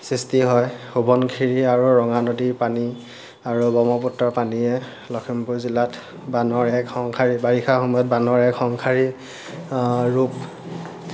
সৃষ্টি হয় সোৱণশিৰি আৰু ৰঙানদীৰ পানী আৰু ব্ৰহ্মপুত্ৰৰ পানীয়ে লখিমপুৰ জিলাত বানৰ এক সংহাৰী বাৰিষা কালত বানৰ এক সংহাৰী ৰূপ